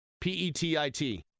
P-E-T-I-T